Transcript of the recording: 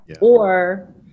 or-